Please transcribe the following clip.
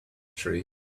tree